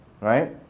right